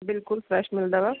बिल्कुलु फ्रैश मिलंदव